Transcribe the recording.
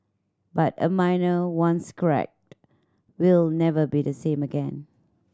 but a mirror once cracked will never be the same again